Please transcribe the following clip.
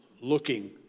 looking